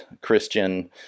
Christian